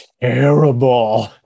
terrible